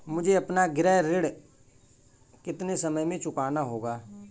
मुझे अपना गृह ऋण कितने समय में चुकाना होगा?